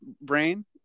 brain